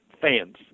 fans